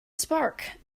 spark